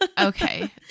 Okay